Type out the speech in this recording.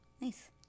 Nice